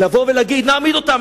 לבוא ולהגיד: נעמיד אותם,